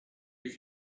you